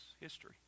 history